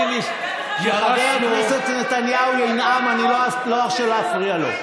תאמיני לי שכשחבר הכנסת נתניהו ינאם אני לא ארשה להפריע לו.